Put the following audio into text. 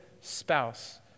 spouse